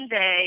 day